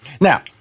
Now